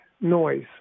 noise